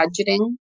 budgeting